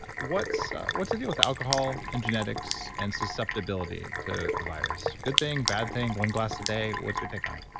what's what's the deal with alcohol and genetics and susceptibility to the virus? good thing, bad thing, one glass a day, what's your take on it?